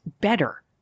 better